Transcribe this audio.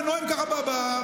על מה את מדברת בכלל.